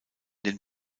den